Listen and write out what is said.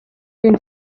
den